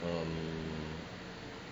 um